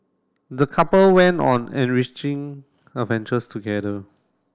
the couple went on enriching adventures together